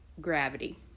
gravity